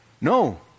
No